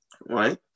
Right